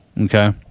okay